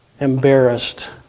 Embarrassed